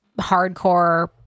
hardcore